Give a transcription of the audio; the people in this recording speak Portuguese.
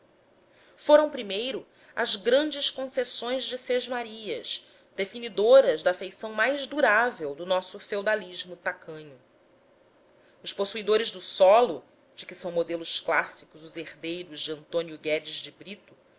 foram primeiro as grandes concessões de sesmarias definidoras da feição mais durável do nosso feudalismo tacanho os possuidores do solo de que são modelos clássicos os herdeiros de antônio guedes de brito